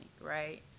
right